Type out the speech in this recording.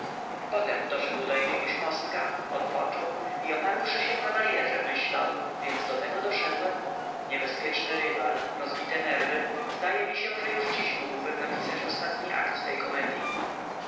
potem doszedł do jakiegoś mostka odpoczął i oparłszy się na baryerze myślał więc do tego doszedłem niebezpieczny rywal rozbite nerwy zdaje mi się że już dziś mógłbym napisać ostatni akt tej komedyi